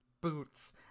boots